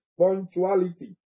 Punctuality